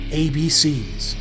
abc's